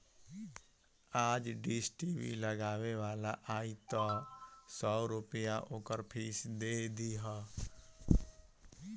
आज dish TV लगावे वाला आई तअ सौ रूपया ओकर फ़ीस दे दिहा